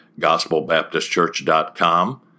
gospelbaptistchurch.com